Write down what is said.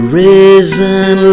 risen